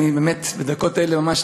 באמת בדקות אלה ממש,